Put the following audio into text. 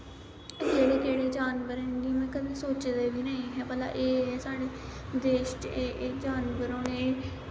केह्ड़े केह्ड़े जानवर न इन्ने में कदैं सोच्चे दे बी नेंई हे भला एह् एह् साढ़े देश च एह् एह् जानवर होने